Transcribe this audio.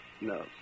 No